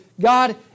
God